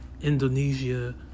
Indonesia